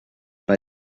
bei